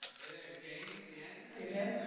hey there. james, again. hey man. and